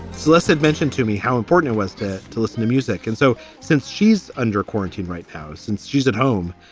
celeste and mentioned to me how important it was to to listen to music. and so since she's under quarantine right now, since she's at home,